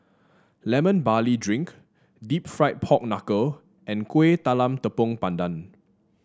Lemon Barley Drink deep fried Pork Knuckle and Kuih Talam Tepong Pandan